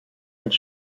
als